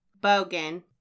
bogan